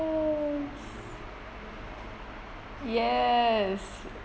yes